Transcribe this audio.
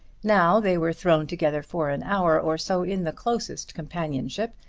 now they were thrown together for an hour or so in the closest companionship,